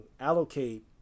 allocate